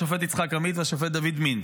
השופט יצחק עמית והשופט דוד מינץ.